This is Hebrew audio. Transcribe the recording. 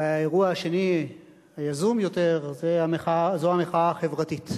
והאירוע השני, היזום יותר, זו המחאה החברתית.